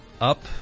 up